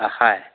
অঁ হয়